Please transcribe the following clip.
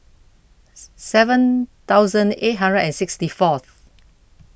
seven thousand eight hundred and sixty fourth